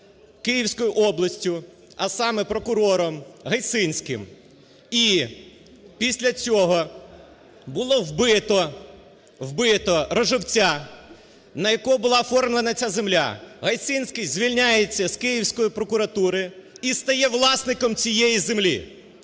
Київською областю, а саме прокурором Гайсинським, і після цього було вбито Роживця, на якого була оформлена ця земля. Гайсинський звільняється з київської прокуратури і стає власником цієї землі.